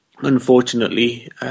Unfortunately